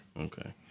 Okay